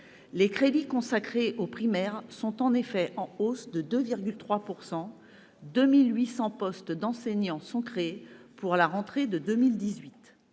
Les crédits consacrés au primaire sont en hausse de 2,3 % et 2 800 postes d'enseignants sont créés pour la rentrée 2018,